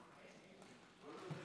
דקות לאדוני.